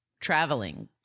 traveling